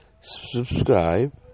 subscribe